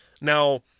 now